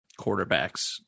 quarterbacks